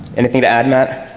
anything to add matt.